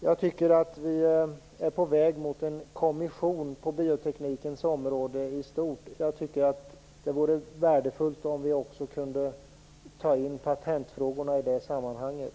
Jag tycker att vi är på väg mot en kommission på bioteknikens område i stort. Det vore värdefullt om vi också kunde ta in patentfrågorna i det sammanhanget.